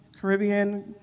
Caribbean